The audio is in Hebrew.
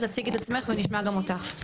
תציגי את עצמך ונשמע גם אותך.